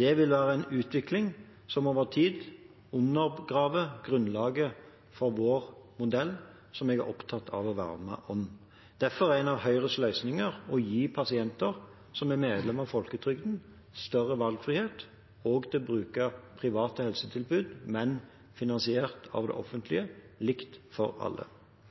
Det vil være en utvikling som over tid undergraver grunnlaget for vår modell, som jeg er opptatt av å verne om. Derfor er en av Høyres løsninger å gi pasienter som er medlem av folketrygden, større valgfrihet – også til å bruke private helsetilbud, men finansiert av det offentlige, likt for alle.